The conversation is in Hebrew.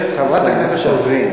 חברי הכנסת.